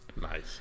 Nice